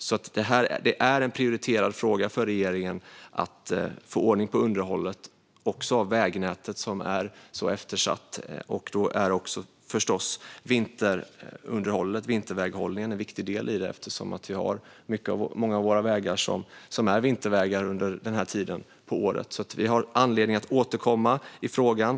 Det är alltså en prioriterad fråga för regeringen att få ordning på underhåll också av det eftersatta vägnätet. Där är förstås även vinterväghållningen en viktig del, eftersom många av våra vägar är vintervägar under den här tiden på året. Vi har alltså anledning att återkomma i frågan.